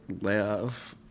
live